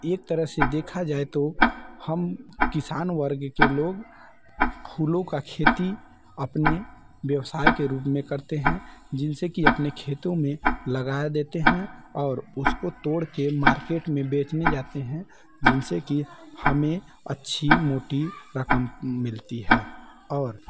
एक तरह से देखा जाए तो हम किसान वर्ग के लोग फूलों का खेती अपने व्यवसाय के रूप में करते हैं जिनसे की अपने खेतों लगा देते हैं और उसको तोड़ कर मार्केट में बेचने जाते हैं जिनसे की हमें अच्छी मोटी रकम मिलती है और